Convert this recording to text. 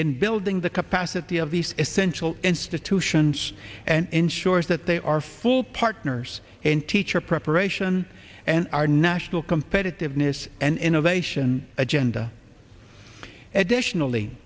in building the capacity of these essential institutions and ensures that they are full partners in teacher preparation and our national competitiveness and innovation agenda additionally